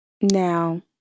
Now